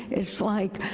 it's like